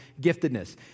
giftedness